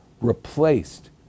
replaced